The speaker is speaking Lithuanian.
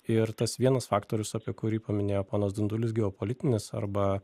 ir tas vienas faktorius apie kurį paminėjo ponas dundulis geopolitinis arba